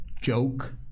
joke